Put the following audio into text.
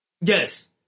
Yes